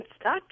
stuck